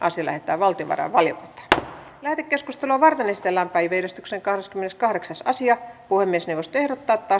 asia lähetetään valtiovarainvaliokuntaan lähetekeskustelua varten esitellään päiväjärjestyksen kahdeskymmeneskahdeksas asia puhemiesneuvosto ehdottaa että